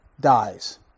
dies